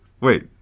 Wait